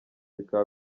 bikaba